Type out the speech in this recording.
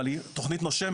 אומנם, אבל היא תכנית נושמת.